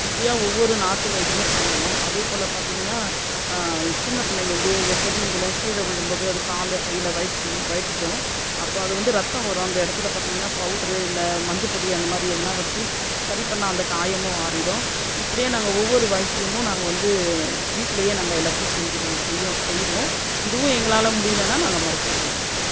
இப்படியா ஒவ்வொரு நாட்டு வைத்தியமா பண்ணுவோம் அதே போல் பார்த்தீங்கன்னா சின்ன பிள்ளைங்க வந்து பெரியவங்களும் கீழே விழும்போது அது காலில் கையில் வெட்டிக்கும் வெட்டிக்கு அப்போ அது வந்து ரத்தம் வரும் அப்போ அந்த இடத்துல பார்த்தீங்கன்னா பவுடர் இல்லை மஞ்சப்பொடி அந்த மாதிரி எதுனா வச்சு சரி பண்ணால் அந்த காயமும் ஆறிடும் இப்படியே நாங்கள் ஒவ்வொரு வைத்தியமும் நாங்கள் வந்து வீட்டுலேயே நாங்கள் எல்லாத்தையும் செஞ்சுடுவோம் செய்வோம் இதுவும் எங்களால் முடியலைன்னா நாங்கள் மருத்துவமனைக்கு போவோம்